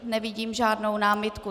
Nevidím žádnou námitku.